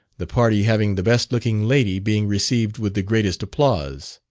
the party having the best looking lady being received with the greatest applause.